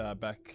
back